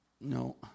No